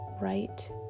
right